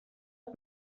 les